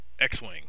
X-Wing